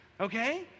okay